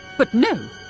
but no!